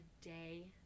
day